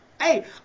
Hey